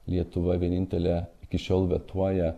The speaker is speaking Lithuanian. lietuva vienintelė iki šiol vetuoja